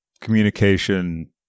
communication